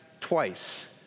twice